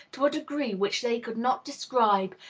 to a degree which they could not describe,